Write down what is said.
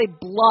blood